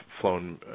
flown